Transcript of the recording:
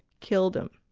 killed him.